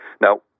Now